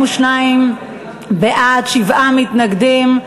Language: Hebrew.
42 בעד, שבעה מתנגדים.